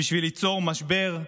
בשביל ליצור משבר,